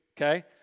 okay